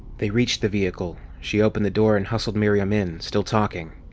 they reached the vehicle. she opened the door and hustled miriam in, still talking.